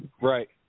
Right